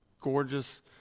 gorgeous